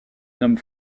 nomme